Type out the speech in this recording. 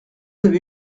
avez